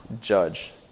judge